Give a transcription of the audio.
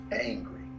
angry